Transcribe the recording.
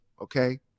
okay